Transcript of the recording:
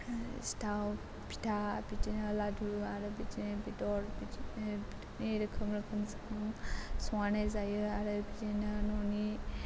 सिथाव फिथा बिदिनो लादु आरो बिदिनो बेदर बिदिनो रोखोम रोखोम जों संनानै जायो आरो बिदिनो ननि